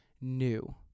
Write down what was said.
new